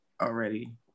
already